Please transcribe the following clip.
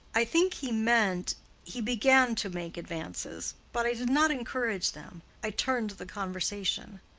i think he meant he began to make advances but i did not encourage them. i turned the conversation.